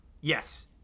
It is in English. Yes